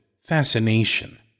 fascination